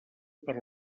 per